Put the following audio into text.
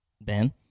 Ben